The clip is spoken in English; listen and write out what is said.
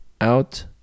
out